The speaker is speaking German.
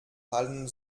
fallen